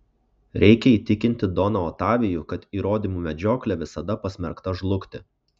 reikia įtikinti doną otavijų kad įrodymų medžioklė visada pasmerkta žlugti